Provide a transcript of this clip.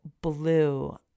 blue